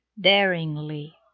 daringly